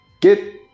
Get